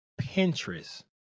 pinterest